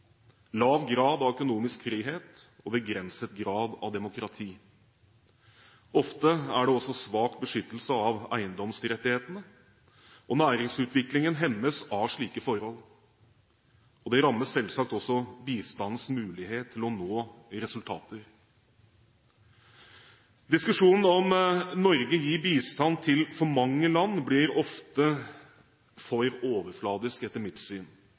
lav grad av økonomisk frihet og begrenset grad av demokrati. Ofte er det også svak beskyttelse av eiendomsrettighetene, og næringsutviklingen hemmes av slike forhold. Det rammer selvsagt også bistandens mulighet til å nå resultater. Diskusjonen om Norge gir bistand til for mange land, blir ofte for overflatisk etter mitt syn.